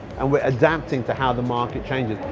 and we're adapting to how the market changes.